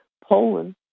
Poland